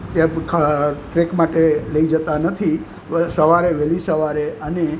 track માટે લઈ જતા નથી પણ સવારે વહેલી સવારે અને